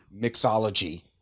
mixology